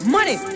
Money